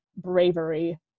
bravery